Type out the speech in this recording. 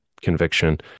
conviction